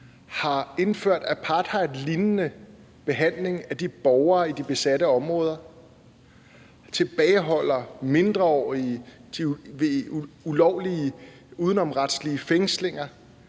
har indført apartheidlignende behandling af borgerne i de besatte områder, tilbageholder mindreårige ved ulovlige udenomsretslige fængslinger